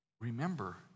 Remember